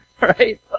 right